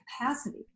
capacity